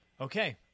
Okay